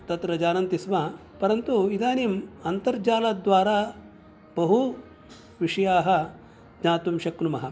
तत्र जानन्ति स्म परन्तु इदानीम् अन्तर्जालद्वारा बहुविषयाः ज्ञातुं शक्नुमः